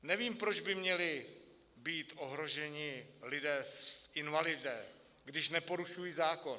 Nevím, proč by měli být ohroženi lidé invalidé, když neporušují zákon.